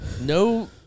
no